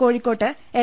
കോഴിക്കോട്ട് എൽ